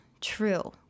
true